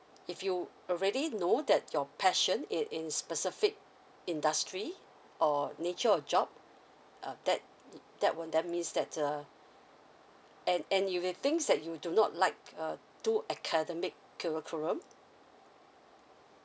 if you already know that your passion it in specific industry or nature of job uh that that will that means that uh and and you may think that you do not like uh too academic curriculum